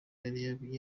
yari